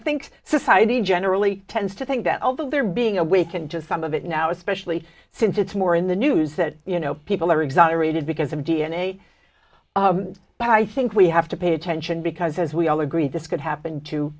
think society generally tends to think that although they're being awakened to some of it now especially since it's more in the news that you know people are exonerated because of d n a but i think we have to pay attention because as we all agree this could happen to